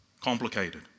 complicated